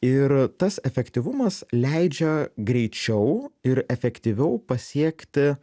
ir tas efektyvumas leidžia greičiau ir efektyviau pasiekti